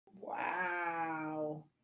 Wow